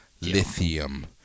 Lithium